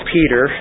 Peter